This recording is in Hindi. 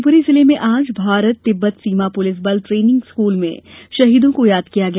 शिवपुरी जिले में आज भारत तिब्बत सीमा पुलिस बल ट्रेनिंग स्कूल में शहीदों को याद किया गया